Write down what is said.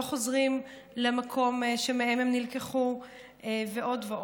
חוזרים למקום שמהם הם נלקחו ועוד ועוד.